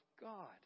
God